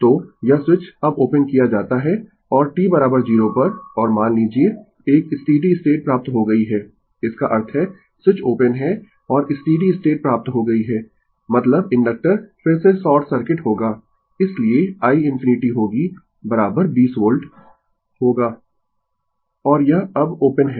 तो यह स्विच अब ओपन किया जाता है और t 0 पर और मान लीजिए एक स्टीडी स्टेट प्राप्त हो गई है इसका अर्थ है स्विच ओपन है और स्टीडी स्टेट प्राप्त हो गई है मतलब इंडक्टर फिर से शॉर्ट सर्किट होगा इसीलिए i होगी 20 वोल्ट और यह अब ओपन है